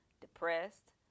depressed